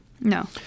No